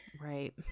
Right